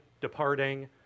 departing